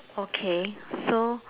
okay so